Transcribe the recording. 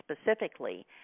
specifically